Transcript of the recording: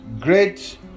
great